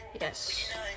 Yes